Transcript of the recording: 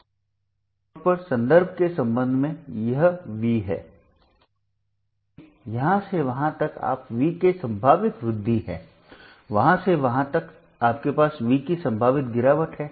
इस नोड पर संदर्भ के संबंध में यह वी है जो वोल्टेज है क्योंकि यहां से वहां तक आप वी की संभावित वृद्धि हैवहाँ से वहाँ तक आपके पास वी की संभावित गिरावट है